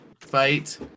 fight